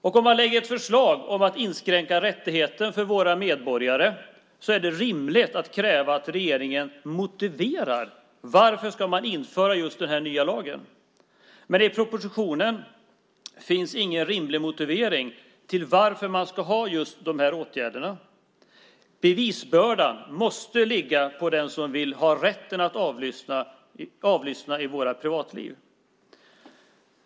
Om man lägger fram ett förslag om att inskränka denna rättighet för våra medborgare är det rimligt att kräva att regeringen motiverar varför just den här nya lagen ska införas. Men i propositionen finns det ingen rimlig motivering till att man ska ha just de här åtgärderna. Bevisbördan måste ligga på den som vill ha rätten att avlyssna i vårt privatliv.